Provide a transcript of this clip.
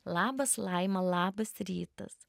labas laima labas rytas